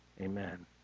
amen